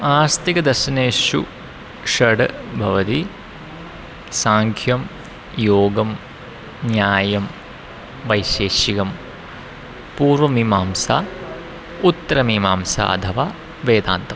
आस्तिकदर्शनेषु षट् भवति साङ्ख्यं योगं न्यायं वैशेषिकं पूर्वमीमांसा उत्तरमीमांसा अथवा वेदान्तम्